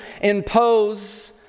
impose